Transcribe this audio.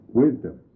wisdom